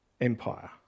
empire